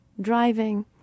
driving